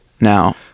now